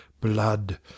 Blood